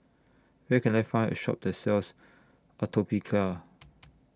Where Can I Find A Shop that sells Atopiclair